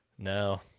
No